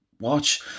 watch